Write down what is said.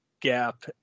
gap